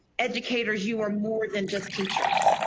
educators you are more than just teachers.